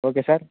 okay sir